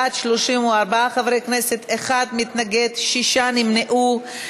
בעד, 34 חברי כנסת, אחד מתנגד, שישה נמנעים.